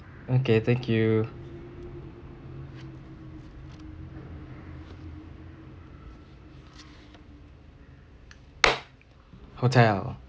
okay thank you hotel